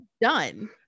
done